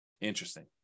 Interesting